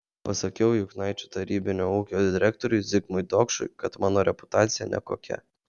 pasakiau juknaičių tarybinio ūkio direktoriui zigmui dokšui kad mano reputacija nekokia